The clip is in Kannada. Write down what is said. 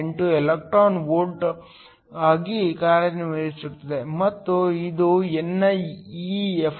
298 ಎಲೆಕ್ಟ್ರಾನ್ ವೋಲ್ಟ್ ಆಗಿ ಕಾರ್ಯನಿರ್ವಹಿಸುತ್ತದೆ ಮತ್ತು ಇದು niEFi ಮೇಲೆ ಇರುತ್ತದೆ